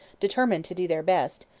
determined to do their best,